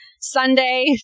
sunday